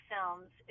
Films